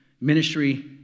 ministry